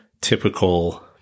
typical